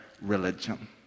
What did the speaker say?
religion